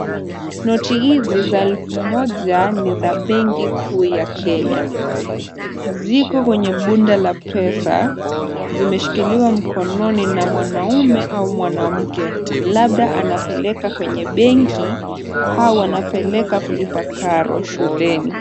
Noti hizi za elfu moja ni za benki kuu ya Kenya. Ziko kwenye bunda la pesa. Zimeshikiliwa mkononi na mwanaume au mwanamke, labda anapeleka kwenye benki au anapeleka kulipa karo shuleni.